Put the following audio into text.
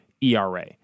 ERA